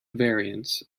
variants